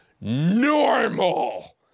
Normal